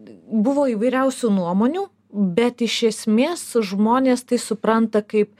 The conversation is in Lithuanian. buvo įvairiausių nuomonių bet iš esmės žmonės tai supranta kaip